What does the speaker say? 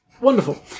Wonderful